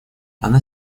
она